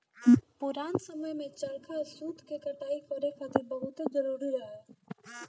पुरान समय में चरखा सूत के कटाई करे खातिर बहुते जरुरी रहे